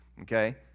okay